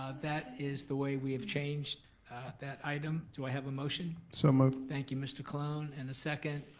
ah that is the way we have changed that item. do i have a motion. so moved. thank you mr. colon and a second.